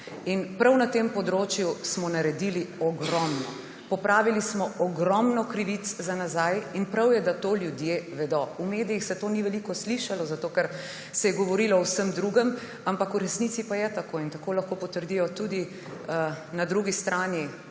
In prav na tem področju smo naredili ogromno. Popravili smo ogromno krivic za nazaj in prav je, da to ljudje vedo. V medijih se o tem ni veliko slišalo, zato ker se je govorilo o vsem drugem, ampak v resnici pa je tako in tako lahko potrdijo tudi na drugi strani